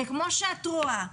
וכמו שאת רואה,